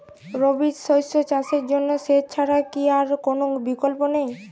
রবি শস্য চাষের জন্য সেচ ছাড়া কি আর কোন বিকল্প নেই?